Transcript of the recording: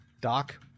Doc